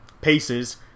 paces